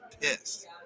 pissed